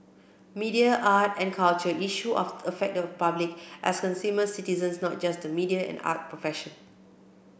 media art and culture issue affect the public as consumers and citizens not just the media and arts profession